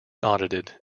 audited